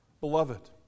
Beloved